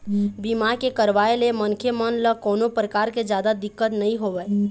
बीमा के करवाय ले मनखे मन ल कोनो परकार के जादा दिक्कत नइ होवय